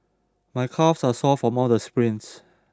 my calves are sore from all the sprints